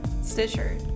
Stitcher